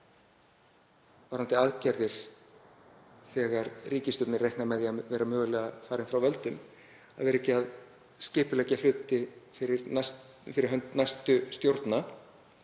plön varðandi aðgerðir þegar ríkisstjórnin reiknar með því að vera mögulega farin frá völdum, að vera ekki að skipuleggja hluti fyrir hönd næstu stjórna,